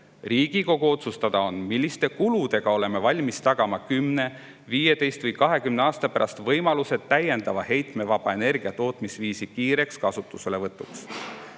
Riigikogu otsustada on, milliste kuludega oleme valmis tagama 10, 15 või 20 aasta pärast võimalused täiendava heitevaba energiatootmisviisi kiireks kasutuselevõtuks.